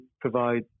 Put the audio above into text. provide